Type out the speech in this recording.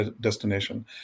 destination